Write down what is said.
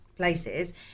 Places